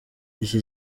iki